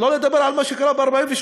שלא לדבר על מה שקרה ב-1948.